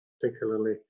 particularly